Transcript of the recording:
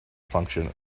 function